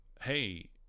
hey